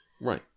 Right